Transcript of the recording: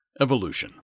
Evolution